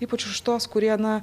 ypač už tuos kurie na